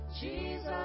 Jesus